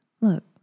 look